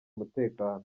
umutekano